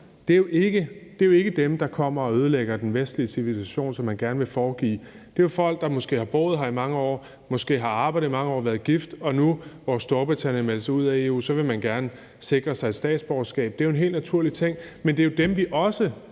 Det er jo ikke dem, der kommer og ødelægger den vestlige civilisation, som man gerne vil foregive. Det er folk, der måske har boet her i mange år, måske har arbejdet i mange år og været gift, og nu, hvor Storbritannien f.eks. har meldt sig ud af EU, vil man som brite gerne sikre sig et statsborgerskab. Det er en helt naturlig ting, men det er jo dem, vi også